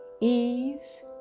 ease